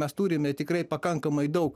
mes turime tikrai pakankamai daug